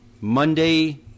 Monday